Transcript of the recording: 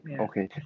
okay